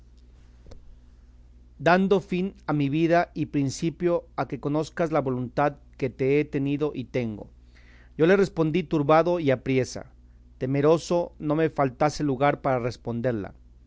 dando fin a mi vida y principio a que conozcas la voluntad que te he tenido y tengo yo le respondí turbado y apriesa temeroso no me faltase lugar para responderla